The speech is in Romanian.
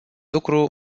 lucru